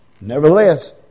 Nevertheless